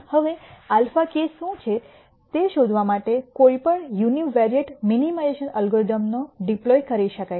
હવે αk શું છે તે શોધવા માટે કોઈપણ યુનિવેરિએંટ મિનિમાઇઝેશન અલ્ગોરિધમનો ડિપ્લોય કરી શકાય છે